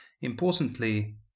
Importantly